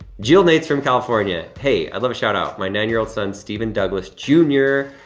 jill nates from california, hey, i'd love a shout-out, my nine-year-old son, stephen douglas jr.